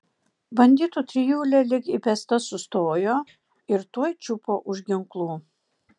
banditų trijulė lyg įbesta sustojo ir tuoj čiupo už ginklų